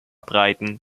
breiten